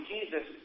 Jesus